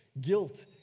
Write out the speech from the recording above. Guilt